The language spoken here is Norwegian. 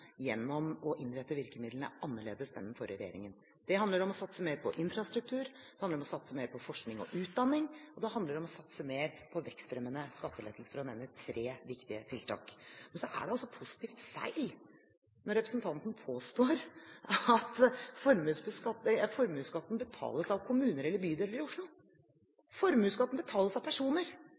gjennom å innrette virkemidlene annerledes enn den forrige regjeringen. Det handler om å satse mer på infrastruktur. Det handler om å satse mer på forskning og utdanning. Det handler om å satse mer på vekstfremmende skattelettelser, for å nevne tre viktige tiltak. Det er positivt feil når representanten påstår at formuesskatten betales av kommuner eller av bydeler i Oslo. Formuesskatten betales av personer,